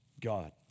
God